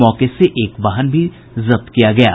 मौके से एक वाहन भी जब्त किया गया है